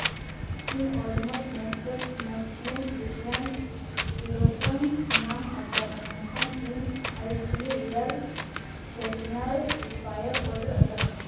ᱤᱧ Odomos natural mosquito repellents lotion ᱧᱟᱢ ᱟᱠᱟᱫ ᱢᱮᱱᱠᱷᱟᱱ ᱤᱧ ᱟᱹᱨᱤᱼᱪᱟᱞᱤ ᱮᱭᱟᱨ ᱯᱷᱮᱥᱱᱟᱨ ᱮᱥᱯᱟᱭᱟᱨ ᱚᱰᱟᱨ ᱟᱠᱟᱫᱟᱹᱧ